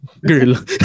girl